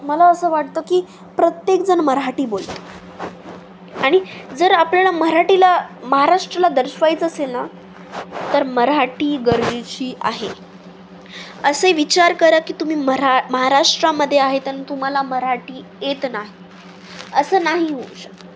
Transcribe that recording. मला असं वाटतं की प्रत्येकजण मराठी बोलतो आणि जर आपल्याला मराठीला महाराष्ट्रला दर्शवायचं असेल ना तर मराठी गरजेची आहे असे विचार करा की तुम्ही म्हरा महाराष्ट्रामध्ये आहेत आणि तुम्हाला मराठी येत नाही असं नाही होऊ शकत